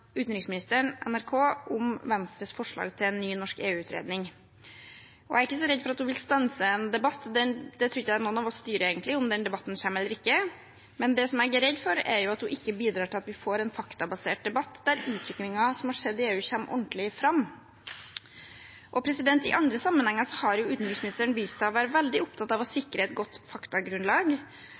utenriksministeren NRK om Venstres forslag til en ny norsk EU-utredning. Jeg er ikke så redd for at hun vil stanse en debatt. Det tror jeg ikke noen av oss styrer egentlig, om den debatten kommer eller ikke, men det som jeg er redd for, er at hun ikke bidrar til at vi får en faktabasert debatt der utviklingen som har skjedd i EU, kommer ordentlig fram. I andre sammenhenger har utenriksministeren vist seg å være veldig opptatt av å sikre et godt faktagrunnlag,